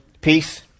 peace